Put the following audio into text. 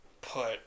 put